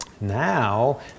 Now